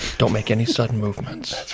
don't make any sudden movements.